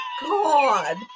God